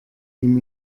ihm